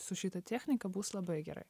su šita technika bus labai gerai